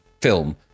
film